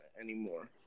anymore